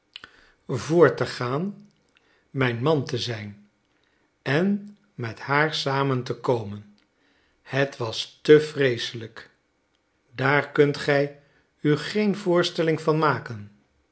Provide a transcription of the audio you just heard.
voort te gaan mijn man te zijn en met haar samen te komen het was te vreeselijk daar kunt gij u geen voorstelling van maken